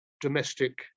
domestic